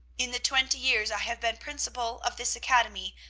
in the twenty years i have been principal of this academy,